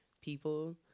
people